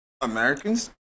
americans